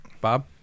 Bob